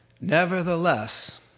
Nevertheless